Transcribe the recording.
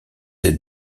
êtes